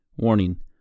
Warning